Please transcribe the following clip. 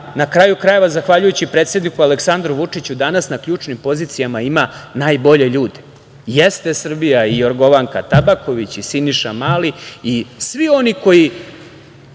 na kraju krajeva, zavaljujući predsedniku Aleksandru Vučiću danas na ključnim pozicijama ima najbolje ljude. Jeste Srbija i Jorgovanka Tabaković i Siniša Mali i svi oni koji